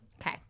okay